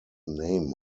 name